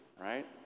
right